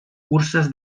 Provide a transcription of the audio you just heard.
curses